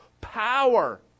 power